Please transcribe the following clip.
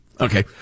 Okay